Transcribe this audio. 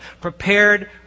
prepared